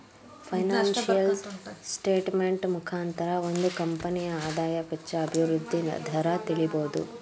financial statement ಮುಖಾಂತರ ಒಂದು ಕಂಪನಿಯ ಆದಾಯ, ವೆಚ್ಚ, ಅಭಿವೃದ್ಧಿ ದರ ತಿಳಿಬೋದು